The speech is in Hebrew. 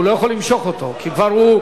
הוא לא יכול למשוך אותו כי כבר הוא,